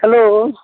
hello